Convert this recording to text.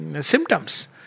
symptoms